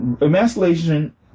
Emasculation